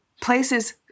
places